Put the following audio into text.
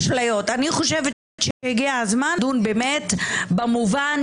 במקום להסכים לצעדים שהם כמו לנטוע פצצות מתקתקות בתוכנו,